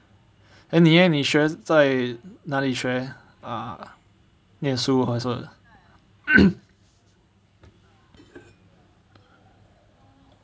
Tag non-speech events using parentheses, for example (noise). then 你 leh 你学在哪里学 ah 念书还是什么 (coughs)